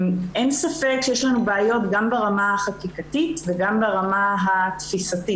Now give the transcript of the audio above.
אין ספק שיש לנו בעיות גם ברמה החקיקתית וגם ברמה התפיסתית.